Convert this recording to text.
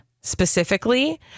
specifically